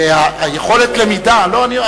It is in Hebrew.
יכולת הלמידה, האם אתה חושב שיש לנו נגד, לא.